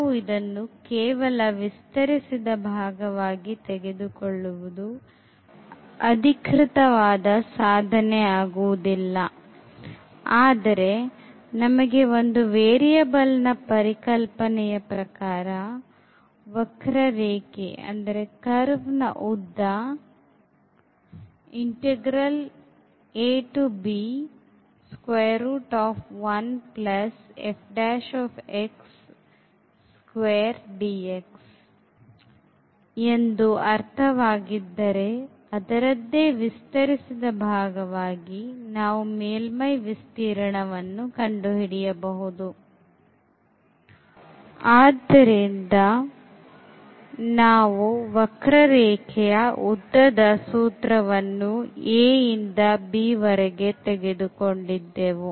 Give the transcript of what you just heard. ನಾವು ಇದನ್ನು ಕೇವಲ ವಿಸ್ತರಿಸದ ಭಾಗವಾಗಿ ತೆಗೆದುಕೊಳ್ಳುವುದು ಅಧಿಕೃತವಾದ ಸಾಧನೆ ಆಗುವುದಿಲ್ಲ ಆದರೆ ನಮಗೆ ಒಂದು ವೇರಿಯಬಲ್ ನ ಪರಿಕಲ್ಪನೆಯ ಪ್ರಕಾರ ವಕ್ರರೇಖೆಯ ಉದ್ದ ಎಂದು ಅರ್ಥವಾಗಿದ್ದರೆ ಅದರದ್ದೇ ವಿಸ್ತರಿಸದ ಭಾಗವಾಗಿ ನಾವು ಮೇಲ್ಮೈ ವಿಸ್ತೀರ್ಣವನ್ನು ಕಂಡು ಹಿಡಿಯಬಹುದು ಆದ್ದರಿಂದ ನಾವು ವಕ್ರರೇಖೆಯ ಉದ್ದದ ಸೂತ್ರವು a ಇಂದ b ವರೆಗೆ ಇತ್ತು